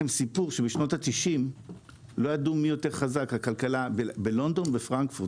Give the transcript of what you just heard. בשנות התשעים לא ידעו מי יותר חזק - האם הכלכלה בלונדון או בפרנקפורט?